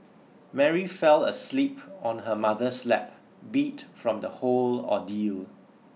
Mary fell asleep on her mother's lap beat from the whole ordeal